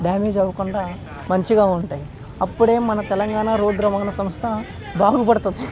damage అవ్వకుండా మంచిగా ఉంటాయి అప్పుడే మన తెలంగాణ రోడ్ రవాణ సంస్థ బాగుపడుతుంది